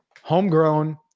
homegrown